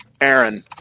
Aaron